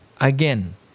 Again